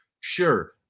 Sure